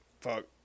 fuck